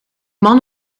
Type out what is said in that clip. man